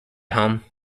home